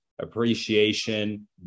appreciation